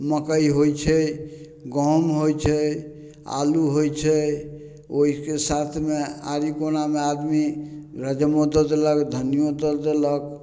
मक्कइ होइ छै गहुम होइ छै आलू होइ छै ओइके साथमे आरी कोनामे आदमी राजमो दऽ देलक धनियो दऽ देलक